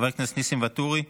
חבר הכנסת ניסים ואטורי,